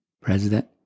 President